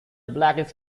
blackish